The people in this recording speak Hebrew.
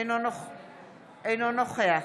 אינו נוכח